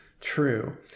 true